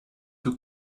two